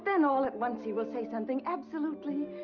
and all at once, he will say something absolutely.